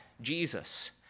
Jesus